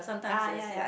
ah ya ya